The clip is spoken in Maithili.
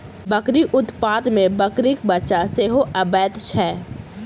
बकरी उत्पाद मे बकरीक बच्चा सेहो अबैत छै